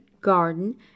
garden